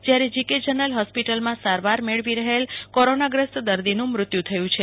જયારે G K general હોસ્પીટલમાં સારવાર મેળવી રહેલ કોરોના ગ્રસ્ત દર્દીનું મૃત્યુ થયું છે